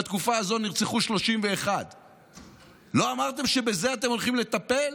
בתקופה הזו נרצחו 31. לא אמרתם שבזה אתם הולכים לטפל?